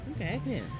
Okay